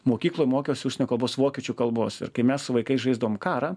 mokykloj mokiaus užsienio kalbos vokiečių kalbos ir kai mes su vaikais žaisdavom karą